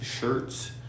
shirts